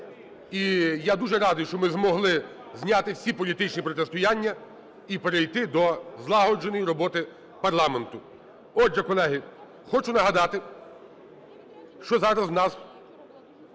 І я дуже радий, що ми змогли зняти всі політичні протистояння і перейти до злагодженої роботи парламенту. Отже, колеги, хочу нагадати, що зараз у нас